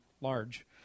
large